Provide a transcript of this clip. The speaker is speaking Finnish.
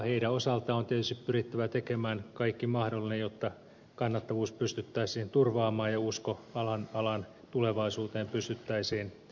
heidän osaltaan on tietysti pyrittävä tekemään kaikki mahdollinen jotta kannattavuus pystyttäisiin turvaamaan ja usko alan tulevaisuuteen pystyttäisiin turvaamaan